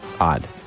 Odd